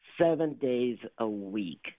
seven-days-a-week